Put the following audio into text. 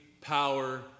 power